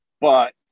But-